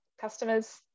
customers